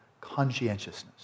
Conscientiousness